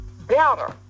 better